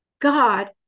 God